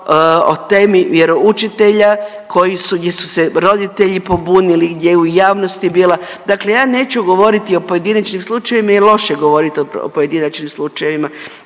o temi vjeroučitelja koji su gdje su se roditelji pobunili gdje je u javnosti bila, dakle ja neću govoriti o pojedinačnim slučajevima jel loše je govoriti pojedinačnim slučajevima,